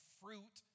fruit